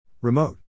Remote